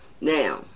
now